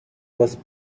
was